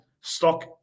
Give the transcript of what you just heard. stock